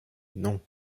non